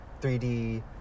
3D